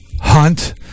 Hunt